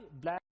black